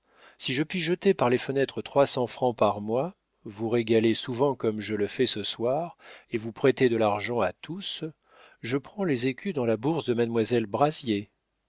si je puis jeter par les fenêtres trois cents francs par mois vous régaler souvent comme je le fais ce soir et vous prêter de l'argent à tous je prends les écus dans la bourse de mademoiselle brazier